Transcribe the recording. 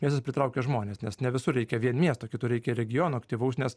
miestas pritraukia žmones nes ne visur reikia vien miesto kitur reikia regiono aktyvaus nes